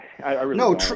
No